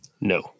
no